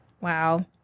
Wow